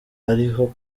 ariho